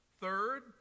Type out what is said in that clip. Third